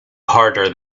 harder